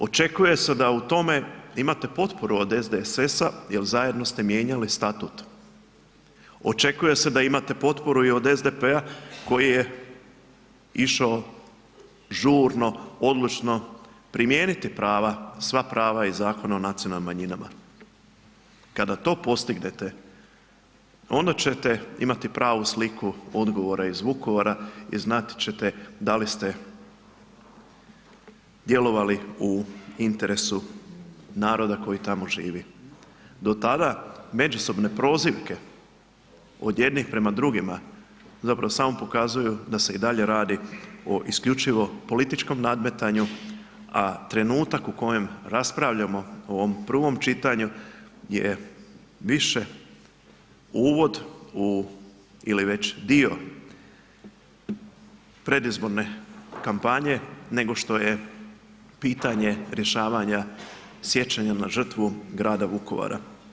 Očekuje se da u tome imate potporu od SDSS-a jel zajedno ste mijenjali statut, očekuje se da imate potporu i od SDP-a koji je išao žurno, odlučno primijeniti prava, sva prava iz Zakona o nacionalnim manjinama, kada to postignete onda ćete imati pravu sliku odgovora iz Vukovara i znati ćete da li ste djelovali u interesu naroda koji tamo živi, do tada međusobne prozivke od jednih prema drugima zapravo samo pokazuju da se i dalje radi o isključivo političkom nadmetanju, a trenutak u kojem raspravljamo o ovom prvom čitanju je više uvod u ili već dio predizborne kampanje nego što je pitanje rješavanja sjećanja na žrtvu grada Vukovara.